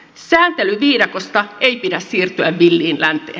sääntelyviidakosta ei pidä siirtyä villiin länteen